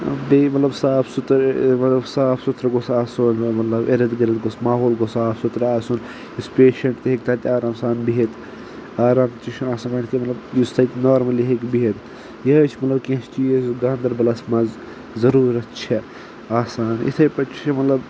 بیٚیہِ مطلب صاف سُتھرٕ مطلب صاف سُتھرٕ گوٚژھ آسُن بیٚیہِ مطلب اِرٕد گِرٕد گوٚژھ ماحول گوٚژھ صاف سُتھرٕ آسُن یُس پیشَںٛٹ تہِ ہیٚکہِ تَتہِ آرام سان بِہِتھ آرام تہِ چھُنہٕ آسان گۄڈنٮ۪تھٕے مطلب یُس تَتہِ نارمٔلی ہیٚکہِ بِہِتھ یِہٕے چھِ مطلب کینٛہہ چیٖز گاندَربَلَس منٛز ضٔروٗرت چھِ آسان یِتھَے پٲٹھۍ چھِ یہِ مطلب